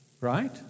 right